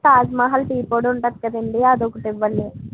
Taj Mahal tea పొడి ఉంటుంది కదండి అది ఒకటి ఇవ్వండి